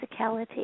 physicality